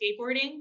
skateboarding